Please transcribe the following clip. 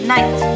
Night